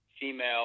female